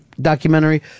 documentary